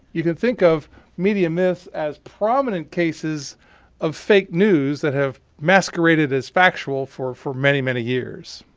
you can think of media myth as prominent cases of fake news that have masqueraded as factual for for many, many years.